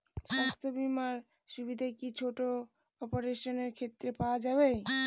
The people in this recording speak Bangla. স্বাস্থ্য বীমার সুবিধে কি ছোট অপারেশনের ক্ষেত্রে পাওয়া যাবে?